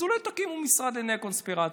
אז אולי תקימו משרד לענייני קונספירציות.